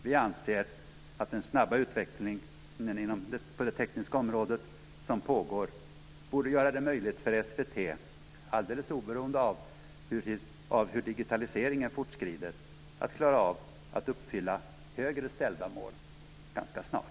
Vi anser att den snabba utvecklingen på det tekniska området som pågår borde göra det möjligt för SVT, alldeles oberoende av hur digitaliseringen fortskrider, att uppfylla högre ställda mål ganska snart.